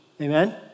amen